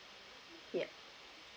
yup